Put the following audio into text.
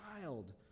child